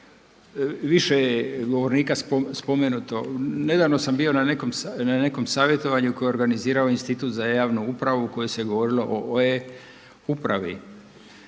Više je govornika spomenuto. Nedavno sam bio na nekom savjetovanju koje je organizirao Institut za javnu upravu u kojoj se govorilo o e-upravi,